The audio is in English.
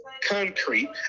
concrete